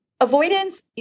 avoidance